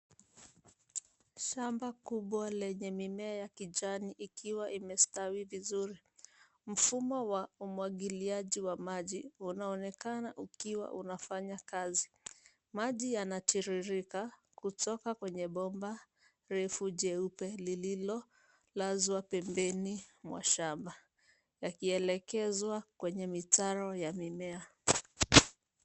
Shamba kubwa lenye mimea ya kijani ikiwa imestawi vizuri. Mfumo wa umwagiliaji wa maji unaonekana ukiwa unafanya kazi. Maji yanatiririka kutoka kwenye bomba refu jeupe lililolazwa pembeni mwa shamba yakielekezwa kwenye mitaro ya mimea.